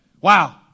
Wow